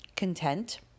content